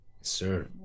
Sir